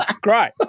great